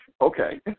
Okay